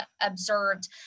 observed